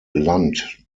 land